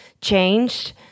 changed